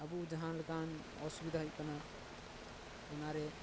ᱟᱵᱚ ᱡᱟᱦᱟᱸ ᱞᱮᱠᱟᱱ ᱚᱥᱩᱵᱤᱫᱟ ᱦᱩᱭᱩᱜ ᱠᱟᱱᱟ ᱚᱱᱟ ᱨᱮ